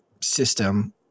system